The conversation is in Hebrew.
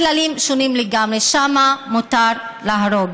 הכללים שונים לגמרי, שם מותר להרוג.